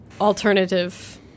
alternative